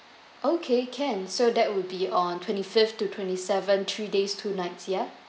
okay can so that would be on twenty-fifth to twenty-seventh three days two nights ya